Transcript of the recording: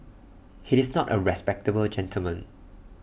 he is not A respectable gentleman